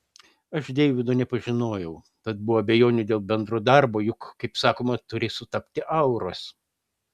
aš deivido nepažinojau tad buvo abejonių dėl bendro darbo juk kaip sakoma turi sutapti auros